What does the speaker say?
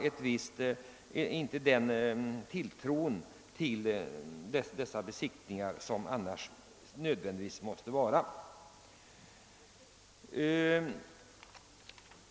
Då skapas inte den tilltro till undersökningarna som måste finnas.